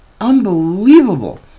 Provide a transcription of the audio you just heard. unbelievable